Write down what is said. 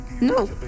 No